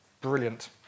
Brilliant